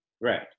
Right